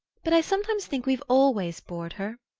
but i sometimes think we've always bored her.